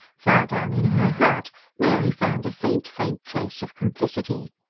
far down in her heart mary found a faint, faint trace of complicity.